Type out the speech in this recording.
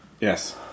Yes